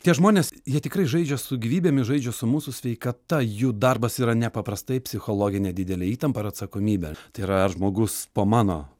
tie žmonės jie tikrai žaidžia su gyvybėm jie žaidžia su mūsų sveikata jų darbas yra nepaprastai psichologinė didelė įtampa ir atsakomybė tai yra ar žmogus po mano